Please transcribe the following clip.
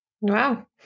wow